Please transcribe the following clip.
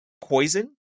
poison